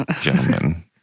gentlemen